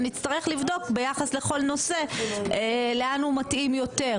שנצטרך לבדוק ביחס לכל נושא לאן הוא מתאים יותר,